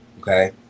Okay